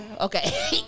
Okay